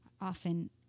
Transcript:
often